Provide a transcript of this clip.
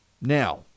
now